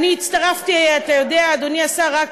אתה יודע, אדוני השר,